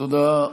תודה.